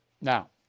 Now